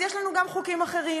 אז יש לנו גם חוקים אחרים,